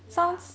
yeah